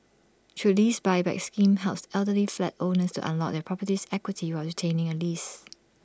true lease Buyback scheme helps elderly flat owners to unlock their property's equity while retaining A lease